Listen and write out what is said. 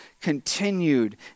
continued